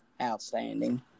outstanding